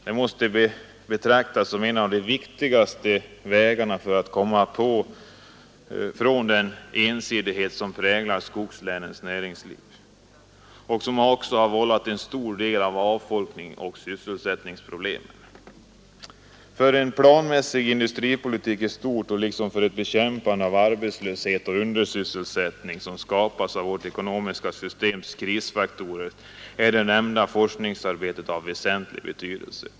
Den måste betraktas som en av de viktigaste vägarna att komma ifrån den ensidighet som präglar skogslänens näringsliv och som har vållat en stor del av avfolkningsoch sysselsättningsproblemen. För en planmässig industripolitik i stort, liksom för ett bekämpande av arbetslöshet och undersysselsättning som skapas av vårt ekonomiska systems krisfaktorer, är det nämnda forskningsarbetet av väsentlig betydelse.